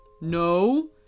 No